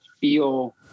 feel